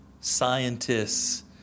scientists